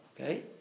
okay